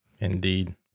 Indeed